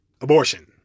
Abortion